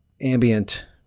ambient